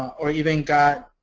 or even got